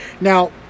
Now